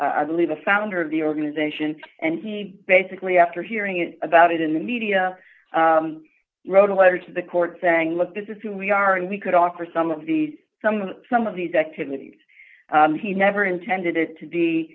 i believe the founder of the organization and he basically after hearing it about it in the media wrote a letter to the court saying look this is who we are and we could offer some of these some some of these activities he never intended it to be